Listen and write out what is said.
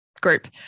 group